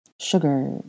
Sugar